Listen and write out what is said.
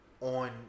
On